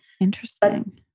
Interesting